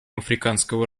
африканского